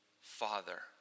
Father